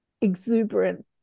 exuberant